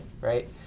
right